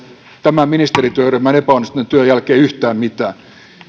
tämän ministerityöryhmän epäonnistuneen työn jälkeen yhtään mitään